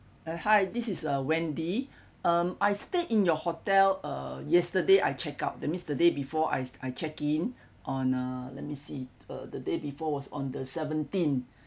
hi this is uh wendy um I stay in your hotel uh yesterday I check out that means the day before I I check in on uh let me see on the day before was on the seventeen